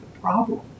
problem